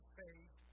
faith